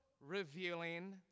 revealing